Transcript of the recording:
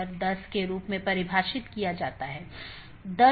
इसका मतलब है BGP कनेक्शन के लिए सभी संसाधनों को पुनःआवंटन किया जाता है